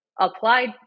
applied